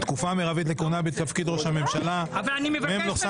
(תקופה מרבית לכהונה בתפקיד ראש הממשלה) (מ/1568)